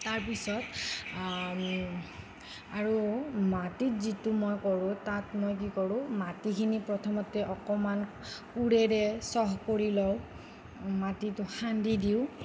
তাৰ পিছত আৰু মাটিত যিটো মই কৰোঁ তাত মই কি কৰোঁ মাটিখিনি প্ৰথমতে অকণমান কোৰেৰে চাহ কৰিলোওঁ মাটিটো খান্দি দিওঁ